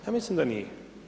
Ja mislim da nije.